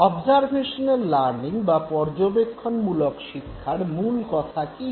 observational learning বা পর্যবেক্ষনমূলক শিক্ষার মূল কথা কী